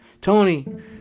Tony